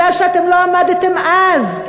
כי אתם לא עמדתם אז.